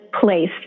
place